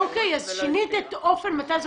אוקיי, אז שינית את אופן מתן הזכאות.